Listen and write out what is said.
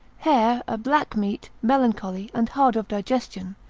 hare, a black meat, melancholy, and hard of digestion,